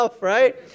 right